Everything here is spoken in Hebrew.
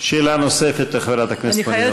שאלה נוספת לחברת הכנסת מלינובסקי.